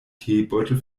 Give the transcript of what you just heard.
teebeutel